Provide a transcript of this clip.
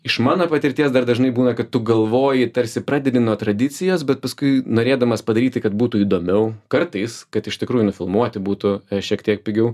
iš mano patirties dar dažnai būna kad tu galvoji tarsi pradedi nuo tradicijos bet paskui norėdamas padaryti kad būtų įdomiau kartais kad iš tikrųjų nufilmuoti būtų šiek tiek pigiau